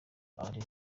ari